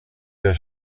der